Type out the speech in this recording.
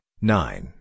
nine